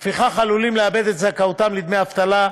ולפיכך הם עלולים לאבד את זכאותם לדמי אבטלה,